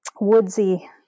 woodsy